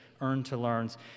earn-to-learns